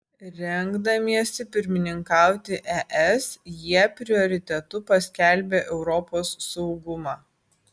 rengdamiesi pirmininkauti es jie prioritetu paskelbė europos saugumą